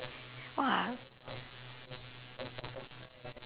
!wah!